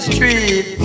Street